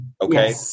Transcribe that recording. Okay